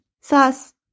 sauce